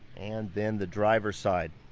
and then the driver's side